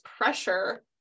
pressure